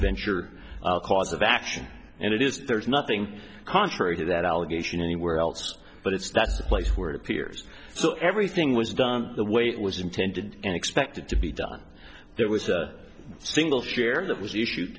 venture cause of action and it is there's nothing contrary to that allegation anywhere else but it's that's the place where it appears so everything was done the way it was intended and expected to be done there was a single share that was issue